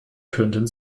könnten